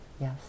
Yes